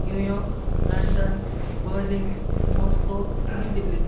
new York London Berlin Moscow New Delhi